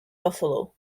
buffalo